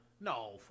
no